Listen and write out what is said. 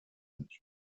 liegt